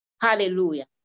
Hallelujah